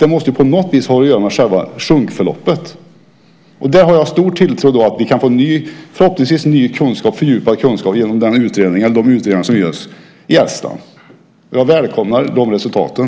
Det måste ju på något vis ha att göra med själva sjunkförloppet. Där har jag stor tilltro till att vi förhoppningsvis kan få ny och fördjupad kunskap genom de utredningar som görs i Estland, och jag välkomnar de resultaten.